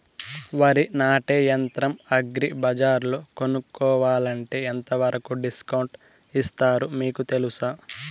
వరి నాటే యంత్రం అగ్రి బజార్లో కొనుక్కోవాలంటే ఎంతవరకు డిస్కౌంట్ ఇస్తారు మీకు తెలుసా?